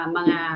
mga